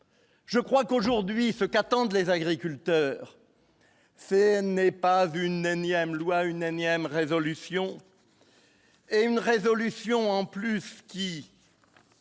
je crois qu'aujourd'hui ce qu'attendent les agriculteurs fait n'est pas vu une énième loi une énième résolutions. Et une résolution en plus petit,